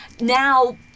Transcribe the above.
now